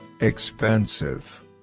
expensive